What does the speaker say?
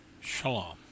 Shalom